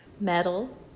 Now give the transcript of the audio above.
Metal